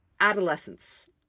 adolescence